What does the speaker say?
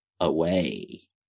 away